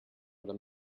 oder